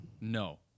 No